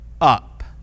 up